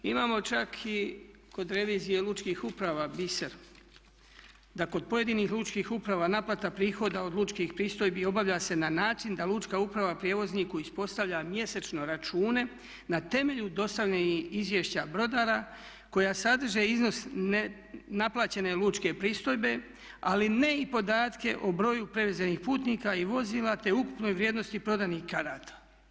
Imamo čak i kod revizije lučkih uprava biser da kod pojedinih lučkih uprava naplata prihoda od lučkih pristojbi obavlja se na način da lučka uprava prijevozniku ispostavlja mjesečno račune na temelju dostavljenih izvješća brodara koja sadrže iznos naplaćene lučke pristojbe ali ne i podatke o broju prevezenih putnika i vozila te ukupnoj vrijednosti prodanih karata.